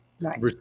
right